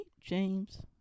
James